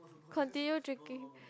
continue drinking